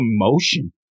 emotion